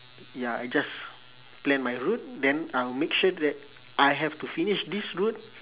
ya I just plan my route then I will make sure that I have to finish this route